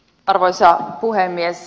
arvoisa puhemies